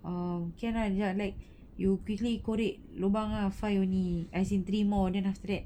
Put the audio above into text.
err can right ya like you quickly collate lubang ah five only as in three more then after that